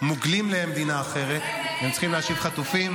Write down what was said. מוגלים למדינה אחרת הם צריכים להשיב חטופים,